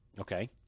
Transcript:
Okay